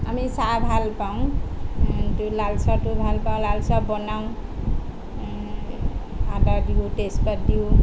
আমি চাহ ভালপাওঁ এইটো লাল চাহটো ভালপাওঁ লাল চাহ বনাওঁ আদা দিওঁ তেজপাত দিওঁ